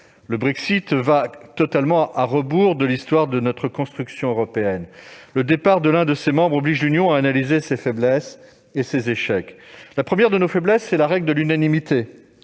Le Brexit va totalement à rebours de l'histoire de la construction européenne. Le départ de l'un de ses membres oblige l'Union européenne à analyser ses faiblesses et ses échecs. La première des faiblesses est la règle de l'unanimité